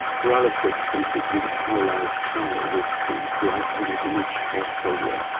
paralysis, and particularly the paralysed child, is the the iconic image of polio,